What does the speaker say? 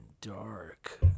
dark